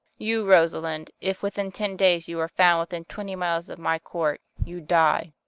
you, rosalind, if within ten days you are found within twenty miles of my court, you die.